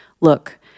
look